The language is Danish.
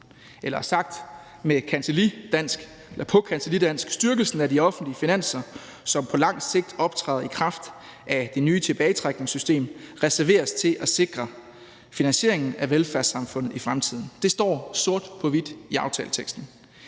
Eller sagt på kancellidansk: Styrkelsen af de offentlige finanser, som på lang sigt optræder i kraft af det nye tilbagetrækningssystem, reserveres til at sikre finansieringen af velfærdssamfundet i fremtiden. Det står sort på hvidt i aftaleteksten.